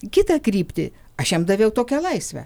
kitą kryptį aš jam daviau tokią laisvę